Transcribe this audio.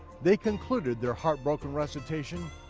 they concluded their heartbroken recitation,